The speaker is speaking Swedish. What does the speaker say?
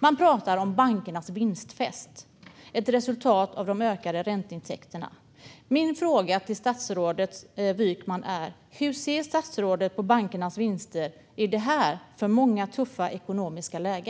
Man pratar om bankernas vinstfest - ett resultat av de ökade ränteintäkterna. Hur ser statsrådet Wykman på bankernas vinster i detta för många tuffa ekonomiska läge?